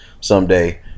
someday